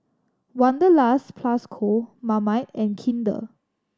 Wanderlust Plus Co Marmite and Kinder